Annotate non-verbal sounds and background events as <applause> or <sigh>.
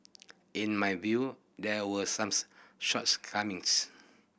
in my view there were some <unintelligible> shortcomings